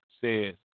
says